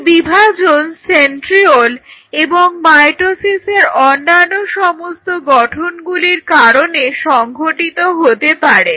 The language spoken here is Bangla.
এই বিভাজন সেন্ট্রিওল এবং মাইটোসিসের অন্যান্য সমস্ত গঠনগুলির কারণে সংঘটিত হতে পারে